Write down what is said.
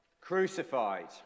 crucified